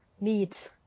meat